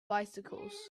bicycles